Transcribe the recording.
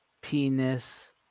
penis